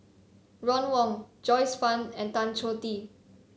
Ron Wong Joyce Fan and Tan Choh Tee